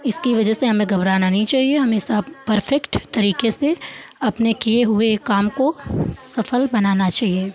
इसकी वजह से हमें घबराना नहीं चाहिए हमें परफ़ेक्ट तरीके से अपने किए हुए काम को सफल बनाना चाहिए